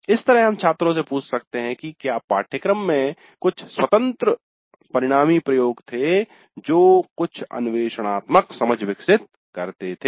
इस तरह हम छात्रों से पूछ सकते हैं कि क्या पाठ्यक्रम में कुछ स्वतंत्र परिणामी प्रयोग थे जो कुछ अन्वेषणात्मक समझ विकसित करते थे